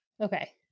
Okay